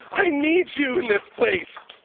i need you in this place.